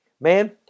Man